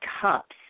cups